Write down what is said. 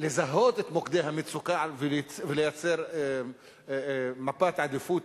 לזהות את מוקדי המצוקה ולייצר מפת עדיפות